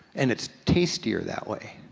and it's tastier that way.